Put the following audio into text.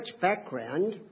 background